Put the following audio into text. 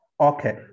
Okay